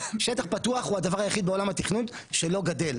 שטח פתוח הוא הדבר היחיד בעולם התכנון שלא גדל.